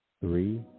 three